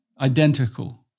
identical